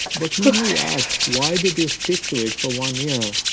but when we asked, why did you stick to it for one year?